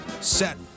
set